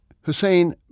Hussein